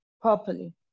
properly